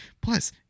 plus